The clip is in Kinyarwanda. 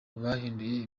bahinduye